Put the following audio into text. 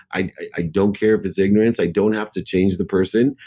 i don't care if it's ignorance. i don't have to change the person,